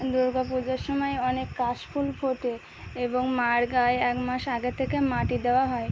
দুর্গা পূজার সময় অনেক কাশ ফুল ফোটে এবং মার গায়ে একমাস আগে থেকে মাটি দেওয়া হয়